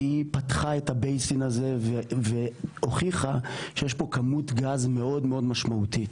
היא פתחה את ה- basin הזה והוכיחה שיש פה כמות גז מאוד משמעותית.